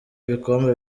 ibikombe